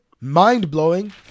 mind-blowing